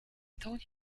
thought